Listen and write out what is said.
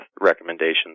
recommendations